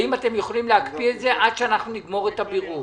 האם אתם יכולים להקפיא את זה עד שאנחנו נגמור את הברור